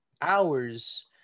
hours